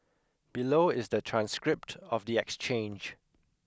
below is the transcript of the exchange